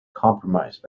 compromised